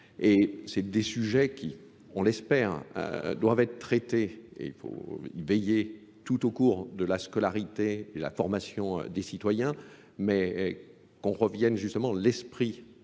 Et c'est des sujets qui, on l'espère, doivent être traités, et il faut veiller tout au cours de la scolarité et de la formation des citoyens, mais qu'on revienne justement l'esprit